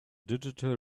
digital